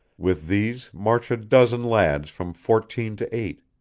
with these march a dozen lads from fourteen to eight,